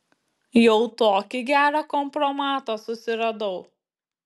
jau tokį gerą kompromatą susiradau